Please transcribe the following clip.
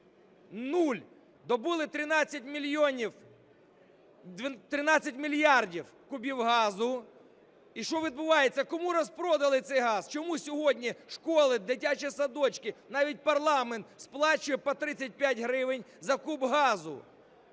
мільйонів, 13 мільярдів кубів газу, і що відбувається, кому розпродали десь газ? Чому сьогодні школи, дитячі садочки, навіть парламент сплачує по 35 гривень за куб газу?